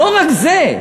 לא רק זה,